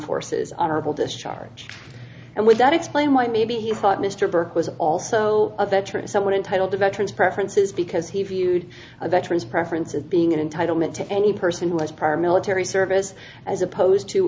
forces honorable discharge and would that explain why maybe he thought mr burke was also a veteran someone entitle to veterans preferences because he viewed veterans preference of being in entitlement to any person who is part military service as opposed to